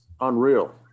unreal